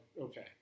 okay